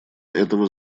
этого